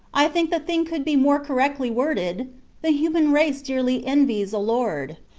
i think the thing could be more correctly worded the human race dearly envies a lord.